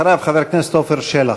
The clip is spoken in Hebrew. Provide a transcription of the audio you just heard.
אחריו, חבר הכנסת עפר שלח.